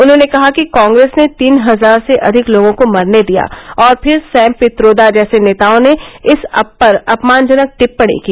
उन्होंने कहा कि कांग्रेस ने तीन हजार से अधिक लोगों को मरने दिया और फिर सैम पित्रोदा जैसे नेताओं ने इस पर अपमानजनक टिप्पणी की